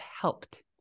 helped